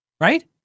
right